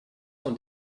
und